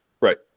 Right